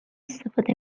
استفاده